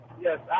yes